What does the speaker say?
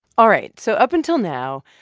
all right. so up until now,